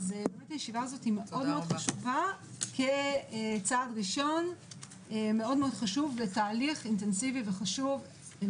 הישיבה מאוד חשובה כצעד ראשון לתהליך אינטנסיבי וחשוב אל